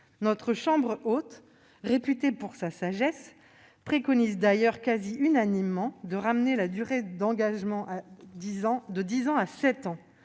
La chambre haute, réputée pour sa sagesse, préconise d'ailleurs quasi unanimement de ramener la durée d'engagement de dix à sept ans,